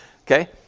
okay